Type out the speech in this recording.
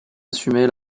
assumé